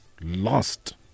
Lost